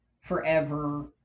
forever